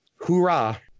Hoorah